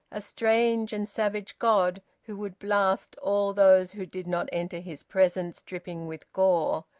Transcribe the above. a strange and savage god who would blast all those who did not enter his presence dripping with gore,